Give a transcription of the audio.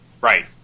Right